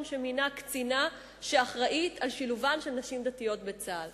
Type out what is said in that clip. שמינה קצינה שאחראית לשילובן של נשים דתיות בצה"ל.